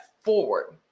forward